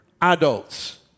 adults